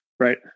right